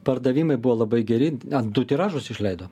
pardavimai buvo labai geri na du tiražus išleido